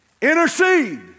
intercede